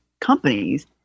companies